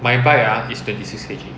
my bike ah is twenty six K_G